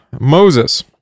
Moses